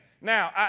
Now